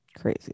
crazy